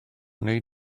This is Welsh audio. wnei